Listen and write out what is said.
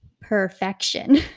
perfection